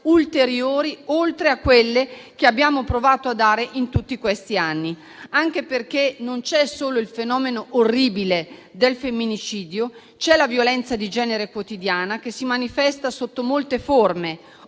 ulteriori oltre a quelle che abbiamo provato a dare in tutti questi anni. Del resto non c'è solo il fenomeno orribile del femminicidio; c'è la violenza di genere quotidiana, che si manifesta sotto molte forme.